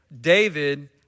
David